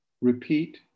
repeat